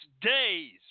days